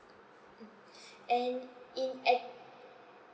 mm and in add~